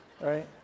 right